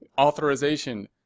Authorization